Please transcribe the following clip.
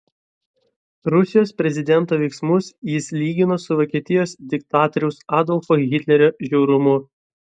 rusijos prezidento veiksmus jis lygino su vokietijos diktatoriaus adolfo hitlerio žiaurumu